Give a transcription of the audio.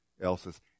else's